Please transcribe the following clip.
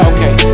Okay